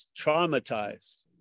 traumatized